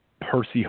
Percy